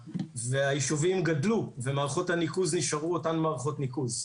והיישובים גדלו ומערכות הניקוז נשארו אותן מערכות ניקוז.